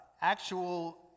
Actual